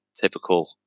typical